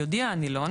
יודיע הנילון